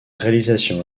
réalisation